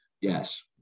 yes